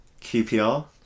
QPR